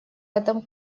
этом